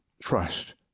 trust